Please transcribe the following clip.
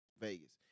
Vegas